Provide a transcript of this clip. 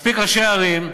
מספיק ראשי ערים,